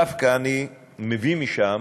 דווקא אני מביא משם